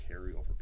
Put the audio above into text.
carryover